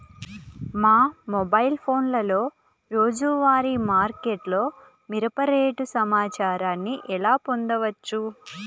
మా మొబైల్ ఫోన్లలో రోజువారీ మార్కెట్లో మిరప రేటు సమాచారాన్ని ఎలా పొందవచ్చు?